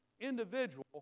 Individual